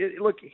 look